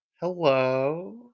hello